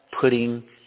putting